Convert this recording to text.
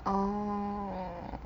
orh